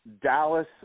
Dallas